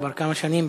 כבר כמה שנים בבדיקה.